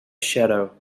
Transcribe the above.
shadow